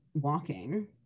walking